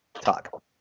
talk